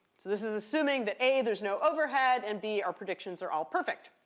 this is assuming that, a, there's no overhead, and b, our predictions are all perfect.